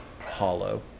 hollow